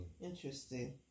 Interesting